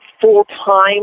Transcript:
full-time